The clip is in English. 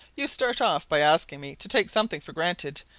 you start off by asking me to take something for granted,